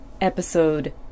episode